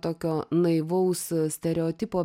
tokio naivaus stereotipo